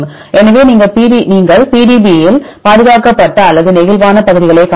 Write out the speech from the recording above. எனவே நீங்கள் PDB இல் பாதுகாக்கப்பட்ட அல்லது நெகிழ்வான பகுதிகளைக் காணலாம்